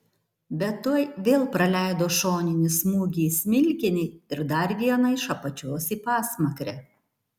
bet tuoj vėl praleido šoninį smūgį į smilkinį ir dar vieną iš apačios į pasmakrę